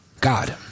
God